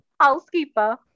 housekeeper